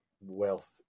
wealth